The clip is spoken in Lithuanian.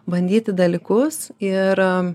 bandyti dalykus ir